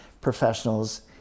professionals